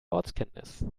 ortskenntnis